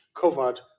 covered